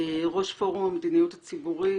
ראש פורום המדיניות הציבורית,